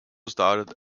started